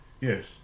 Yes